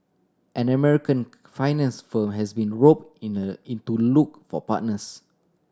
an American finance firm has been rope in a in to look for partners